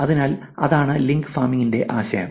അതിനാൽ അതാണ് ലിങ്ക് ഫാമിംഗിന്റെ ആശയം